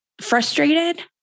frustrated